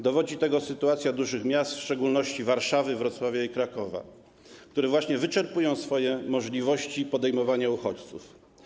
Dowodzi tego sytuacja dużych miast, w szczególności Warszawy, Wrocławia i Krakowa, które właśnie wyczerpują swoje możliwości przyjmowania uchodźców.